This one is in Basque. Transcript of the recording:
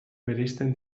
bereizten